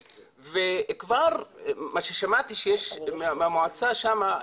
וכבר מה ששמעתי שיש מהמועצה שם,